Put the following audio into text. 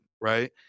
right